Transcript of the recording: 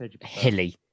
hilly